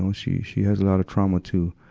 um she, she has a lot of trauma, too.